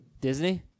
Disney